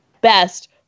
best